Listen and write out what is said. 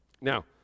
Now